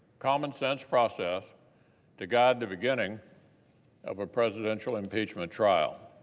common sense process to guide the beginning of a presidential impeachment trial.